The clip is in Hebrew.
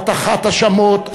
הטחת האשמות,